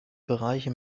bereiche